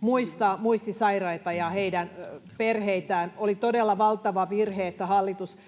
muistaa muistisairaita ja heidän perheitään. Oli todella valtava virhe, että hallitus